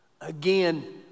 Again